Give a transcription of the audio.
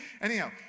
Anyhow